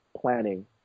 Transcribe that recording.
planning